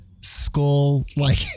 skull-like